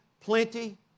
plenty